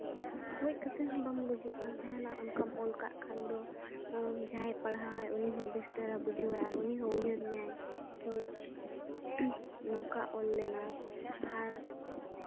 ᱜᱚᱡ ᱠᱟᱛᱮ ᱦᱚᱸ ᱵᱟᱢ ᱜᱩᱡᱩᱜᱼᱟ ᱡᱟᱦᱟᱱᱟᱜ ᱚᱱᱠᱟᱢ ᱚᱞ ᱠᱟᱜ ᱠᱷᱟᱱ ᱫᱚ ᱡᱟᱦᱟᱸᱭ ᱯᱟᱲᱦᱟᱣᱟᱭ ᱩᱱᱤ ᱦᱚᱸ ᱵᱮᱥ ᱫᱷᱟᱨᱟ ᱵᱩᱡᱷᱟᱹᱣᱟᱭ ᱟᱨ ᱩᱱᱤ ᱦᱚᱸ ᱩᱭᱦᱟᱹᱨ ᱢᱮᱭᱟᱭ ᱠᱤ ᱱᱚᱝᱠᱟ ᱚᱞ ᱞᱮᱱᱟ ᱟᱨ